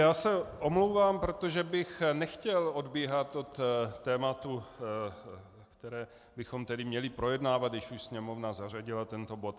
Já se omlouvám, protože bych nechtěl odbíhat od tématu, které bychom měli projednávat, když už Sněmovna zařadila tento bod.